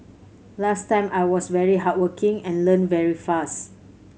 last time I was very hardworking and learnt very fast